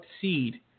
seed